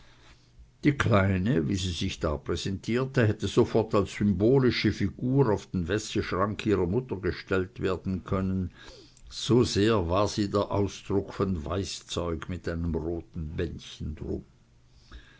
die kleine wie sie sich da präsentierte hätte sofort als symbolische figur auf den wäscheschrank ihrer mutter gestellt werden können so sehr war sie der ausdruck von weißzeug mit einem roten bändchen drum